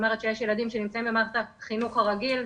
אומרת שיש ילדים שנמצאים במערכת החינוך הרגיל,